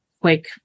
quick